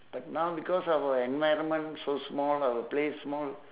but now because our environment so small our place small